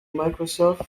microsoft